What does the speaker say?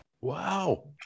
wow